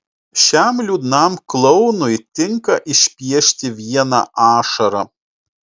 šiam liūdnam klounui tinka išpiešti vieną ašarą